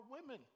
women